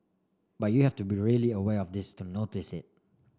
but you have to be really aware of this to notice it